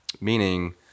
Meaning